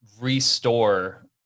restore